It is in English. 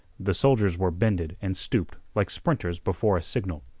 the soldiers were bended and stooped like sprinters before a signal.